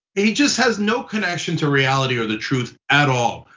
he just has no connection to reality or the truth at all.